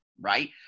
right